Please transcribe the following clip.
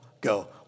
go